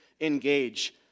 engage